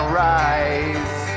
rise